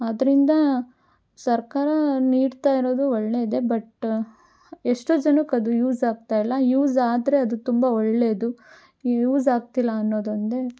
ಅದರಿಂದ ಸರ್ಕಾರ ನೀಡ್ತಾ ಇರೋದು ಒಳ್ಳೆಯದೇ ಬಟ್ ಎಷ್ಟೋ ಜನಕ್ಕೆ ಅದು ಯೂಸ್ ಆಗ್ತಾ ಇಲ್ಲ ಯೂಸ್ ಆದರೆ ಅದು ತುಂಬ ಒಳ್ಳೆಯದು ಯೂಸ್ ಆಗ್ತಿಲ್ಲ ಅನ್ನೋದೊಂದೇ